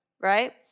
right